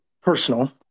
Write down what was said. Personal